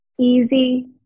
easy